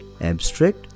abstract